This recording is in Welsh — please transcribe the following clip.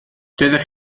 doeddech